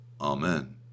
Amen